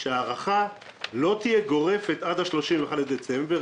שההארכה לא תהיה גורפת עד ה-31 בדצמבר